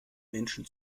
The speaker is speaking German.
menschen